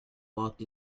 walked